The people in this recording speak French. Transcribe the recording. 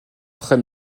très